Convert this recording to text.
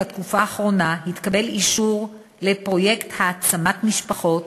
בתקופה האחרונה התקבל אישור לפרויקט העצמת משפחות